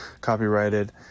copyrighted